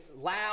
loud